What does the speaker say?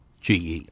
GE